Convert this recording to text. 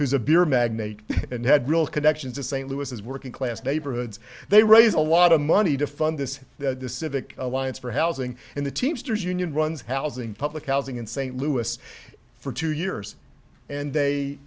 who's a beer magnate and had real connections in st louis is working class neighborhoods they raise a lot of money to fund this civic alliance for housing and the teamsters union runs housing public housing in st louis for two years and they